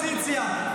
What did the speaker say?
לאופוזיציה,